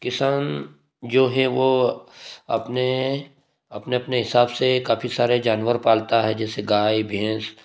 किसान जो है वो अपने अपने अपने हिसाब से काफ़ी सारे जानवर पालता है जैसे गाय भैंस